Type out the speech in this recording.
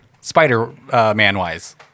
Spider-Man-wise